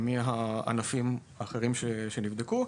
מהענפים האחרים שנבדקו.